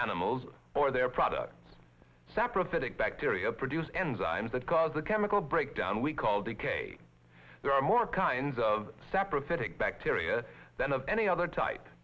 animals or their products separate phytic bacteria produce enzymes that cause a chemical breakdown we call decay there are more kinds of separate phytic bacteria than of any other type